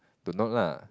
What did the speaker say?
to note lah